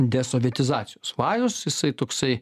desovietizacijos vajus jisai toksai